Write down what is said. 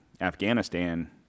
afghanistan